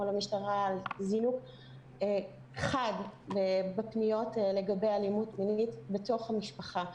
המשטרה על זינוק חד בפניות לגבי אלימות מינית בתוך המשפחה.